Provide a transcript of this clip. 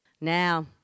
Now